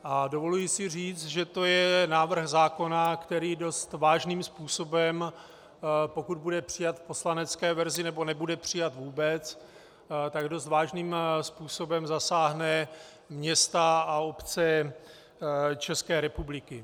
A dovoluji si říct, že to je návrh zákona, který dost vážným způsobem, pokud bude přijat v poslanecké verzi nebo nebude přijat vůbec, dost vážným způsobem zasáhne města a obce České republiky.